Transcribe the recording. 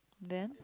then